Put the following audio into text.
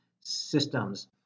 systems